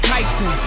Tyson